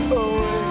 away